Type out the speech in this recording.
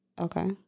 Okay